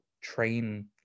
train